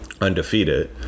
undefeated